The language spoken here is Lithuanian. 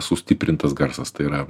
sustiprintas garsas tai yra